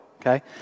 okay